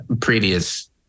previous